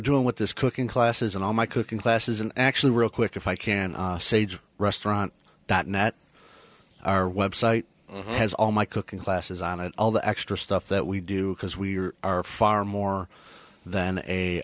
doing with this cooking classes in all my cooking classes and actually real quick if i can say restaurant that nat our website has all my cooking classes on it all the extra stuff that we do because we are far more than a